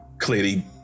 clearly